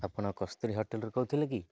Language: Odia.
ଆପଣ କସ୍ତୁରୀ ହୋଟେଲରୁ କହୁଥିଲେ କି